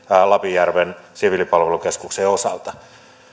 lapinjärven siviilipalveluskeskuksen osalta